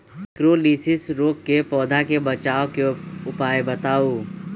निककरोलीसिस रोग से पौधा के बचाव के उपाय बताऊ?